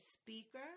speaker